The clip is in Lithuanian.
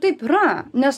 taip yra nes